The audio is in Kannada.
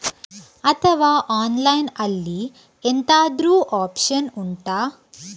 ಅಥವಾ ಆನ್ಲೈನ್ ಅಲ್ಲಿ ಎಂತಾದ್ರೂ ಒಪ್ಶನ್ ಉಂಟಾ